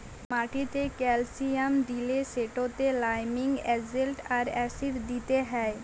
মাটিতে ক্যালসিয়াম দিলে সেটতে লাইমিং এজেল্ট আর অ্যাসিড দিতে হ্যয়